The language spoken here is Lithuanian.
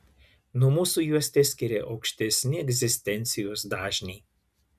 nuo mūsų juos teskiria aukštesni egzistencijos dažniai